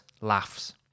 laughs